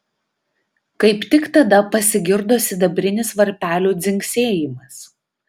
kaip tik tada pasigirdo sidabrinis varpelių dzingsėjimas